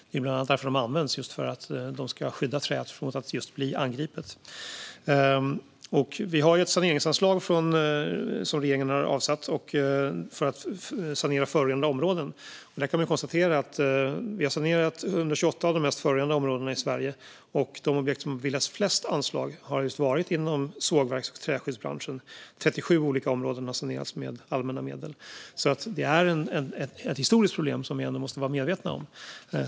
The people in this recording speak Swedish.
Det är bland annat därför de används, just för att de ska skydda träet från att bli angripet. Regeringen har avsatt ett saneringsanslag för att sanera förorenade områden. Man kan konstatera att vi har sanerat 128 av de mest förorenade områdena i Sverige och att de flesta av de objekt som har beviljats anslag har varit objekt inom just sågverks och träskyddsbranschen. Det är 37 olika områden som har sanerats med allmänna medel. Detta är alltså ett historiskt problem som vi ändå måste vara medvetna om.